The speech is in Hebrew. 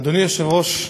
אדוני היושב-ראש,